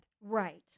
Right